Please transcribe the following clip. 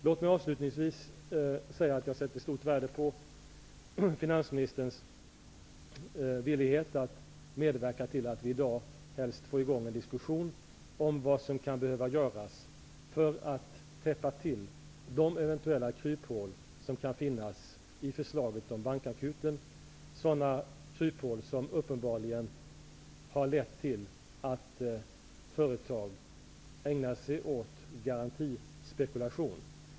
Låt mig avslutningsvis säga att jag sätter stort värde på finansministerns villighet att medverka till att vi helst i dag får i gång en diskussion om vad som kan behöva göras för att täppa till de eventuella kryphål som kan finnas i förslaget om bankakuten, sådana kryphål som uppenbarligen har lett till att företag ägnar sig åt garantispekulation.